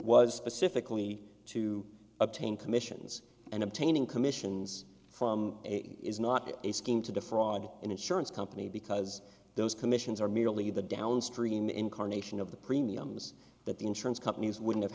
was specifically to obtain commissions and obtaining commissions from aig is not a scheme to defraud an insurance company because those commissions are merely the downstream incarnation of the premiums that the insurance companies would have